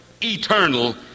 eternal